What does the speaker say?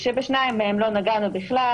כשבשניים מהם לא נגענו בכלל,